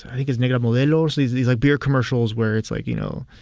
i think it's negra modelo these these like beer commercials where it's like, you know,